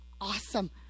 awesome